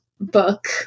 book